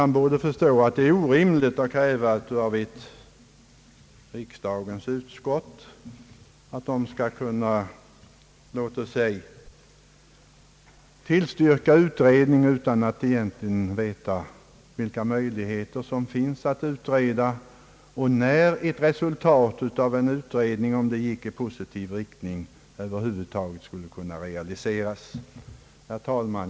Han borde förstå att det är orimligt att av ett riksdagens utskott kräva att det skall kunna låt oss säga tillstyrka utredning utan att egentligen veta något om vilka möjligheter det finns att utreda och utan att veta när resultatet av en sådan utredning, om det gick i positiv riktning, över huvud taget skulle kunna realiseras. Herr talman!